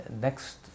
next